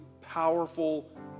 powerful